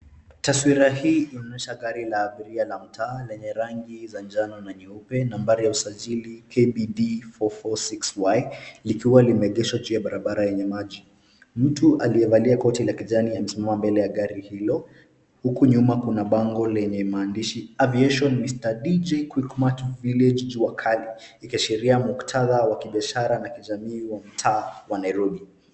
Taswira hii inaonyesha gari la abiria la mtaa lenye rangi za jano na nyeupe nambari ya usajili KBD46Y likiwa limeengeshwa juu ya barabara yenye maji, mtu aliyevalia koti ya kijani amesimama mbele ya gari hilo uku nyuma kuna bado lenye maandishi Aviation Mr DJ Quickmart Village jua kali likiashiria muktadha wa kibiashara na jamii ya mtaa wa Nairobi.